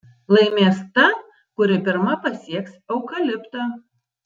laimės ta kuri pirma pasieks eukaliptą